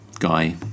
guy